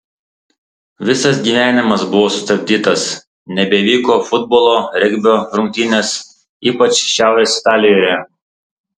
visas gyvenimas buvo sustabdytas nebevyko futbolo regbio rungtynės ypač šiaurės italijoje